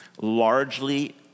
largely